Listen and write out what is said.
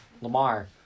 Lamar